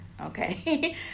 okay